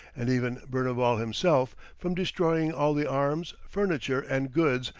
and even berneval himself, from destroying all the arms, furniture, and goods,